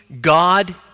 God